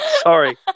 sorry